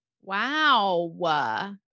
Wow